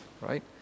right